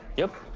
yep.